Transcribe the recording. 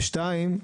ושתיים,